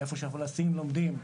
איפה שהפלסטינים לומדים.